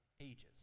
Ages